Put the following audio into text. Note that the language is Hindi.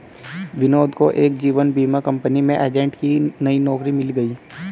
विनोद को एक जीवन बीमा कंपनी में एजेंट की नई नौकरी मिल गयी